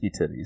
titties